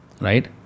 right